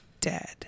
dead